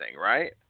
Right